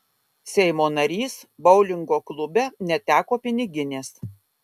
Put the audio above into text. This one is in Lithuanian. seimo narys boulingo klube neteko piniginės